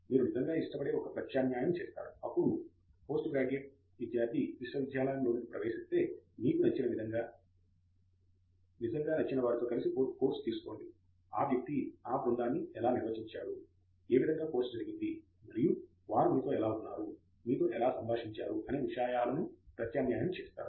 మీరు నిజంగా ఇష్టపడే ఒక ప్రత్యామ్నాయం చేస్తారు అప్పుడు పోస్ట్ గ్రాడ్యుయేట్ విద్యార్థి విశ్వవిద్యాలయంలోకి ప్రవేశిస్తే మీకు నిజంగా నచ్చిన వారితో కలిసి కోర్సు తీసుకోండి ఆ వ్యక్తి ఆ బృందాన్ని ని ఎలా నిర్వహించాడు ఏ విధముగా కోర్సు జరిగింది మరియు వారు మీతో ఎలా ఉన్నారు మీతో ఎలా సంభాషించారు అనే విషయాలను ప్రత్యామ్నాయం చేస్తారు